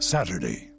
Saturday